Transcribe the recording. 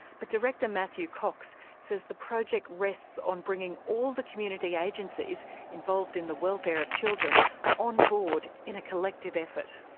but director matthew cox says the project rests on bringing all the community agencies involved in the welfare of children on board in a collective effort.